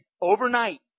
overnight